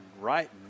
right